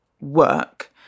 work